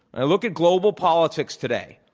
i look at global politics today.